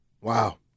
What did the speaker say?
Wow